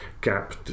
gap